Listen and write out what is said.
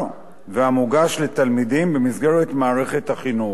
ומוגש לתלמידים במסגרת מערכת החינוך.